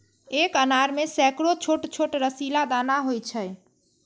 एक अनार मे सैकड़ो छोट छोट रसीला दाना होइ छै